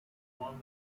won